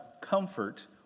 comfort